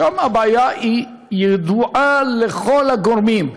שם הבעיה ידועה לכל הגורמים.